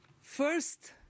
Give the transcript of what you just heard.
First